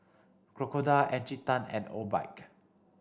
Crocodile Encik Tan and Obike